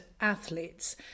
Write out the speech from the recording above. athletes